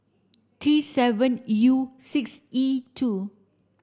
T seven U six E two